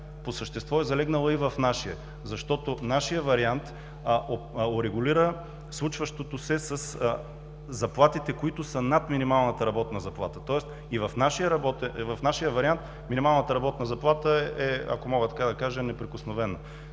вариант, е залегнала и в нашия, защото нашият вариант урегулира случващото се със заплатите, които са над минималната работна заплата. Тоест и в нашия вариант минималната работна заплата е, ако мога така да кажа, неприкосновена.